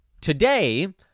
Today